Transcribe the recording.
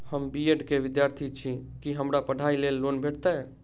हम B Ed केँ विद्यार्थी छी, की हमरा पढ़ाई लेल लोन भेटतय?